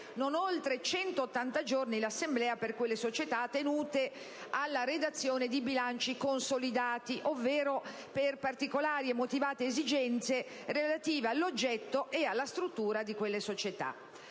non oltre 180 giorni, l'assemblea per quelle società tenute alla redazione di bilanci consolidati ovvero per particolari e motivate esigenze relative all'oggetto e alla struttura di quelle società.